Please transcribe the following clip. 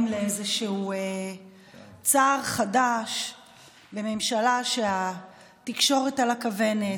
לאיזשהו צער חדש בממשלה: שהתקשורת על הכוונת,